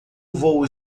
voo